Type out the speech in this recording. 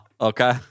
okay